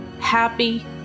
happy